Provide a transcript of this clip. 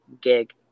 gig